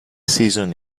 season